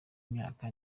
imyaka